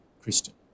Christian